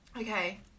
Okay